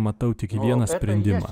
matau tik vieną sprendimą